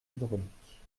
hydrauliques